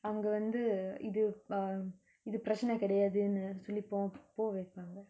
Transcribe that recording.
அவங்க வந்து இது:avanga vanthu ithu err இது பிரச்சின கிடயாதுன்னு சொல்லி போவம் போவ:ithu pirachina kidayathunu solli povam pova